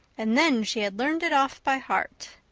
and then she had learned it off by heart.